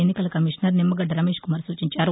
ఎన్నికల కమీషనర్ నిమ్మగడ్డ రమేష్ కుమార్ సూచించారు